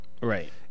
Right